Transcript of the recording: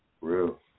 real